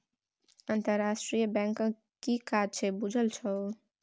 अंतरराष्ट्रीय बैंकक कि काज छै बुझल छौ?